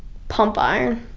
pump iron.